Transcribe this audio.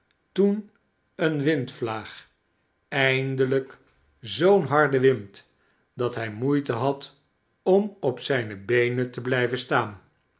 toen een windvlaag eindelijk zoo'n harde wind dat hij moeite had om op zijne beenen te blijven staan